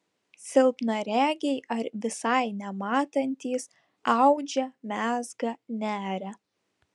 silpnaregiai ar visai nematantys audžia mezga neria